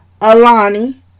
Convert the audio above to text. Alani